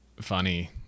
funny